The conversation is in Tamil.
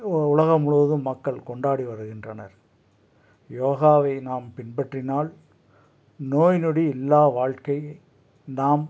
உலகம் முழுவதும் மக்கள் கொண்டாடி வருகின்றனர் யோகாவை நாம் பின்பற்றினால் நோய்நொடி இல்லா வாழ்க்கை நாம்